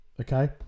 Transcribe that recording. Okay